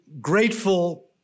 grateful